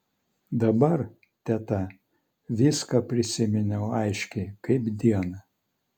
dabar teta viską prisiminiau aiškiai kaip dieną